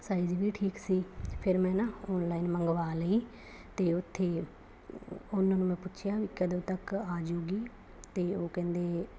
size ਵੀ ਠੀਕ ਸੀ ਫਿਰ ਮੈਂ ਨਾ ਆਨਲਾਈਨ ਮੰਗਵਾ ਲਈ ਅਤੇ ਉੱਥੇ ਉਹਨਾਂ ਨੂੰ ਮੈਂ ਪੁੱਛਿਆ ਵੀ ਕਦੋਂ ਤੱਕ ਆ ਜੂਗੀ ਅਤੇ ਉਹ ਕਹਿੰਦੇ